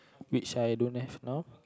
which I don't have now